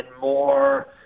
more